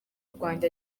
rwanda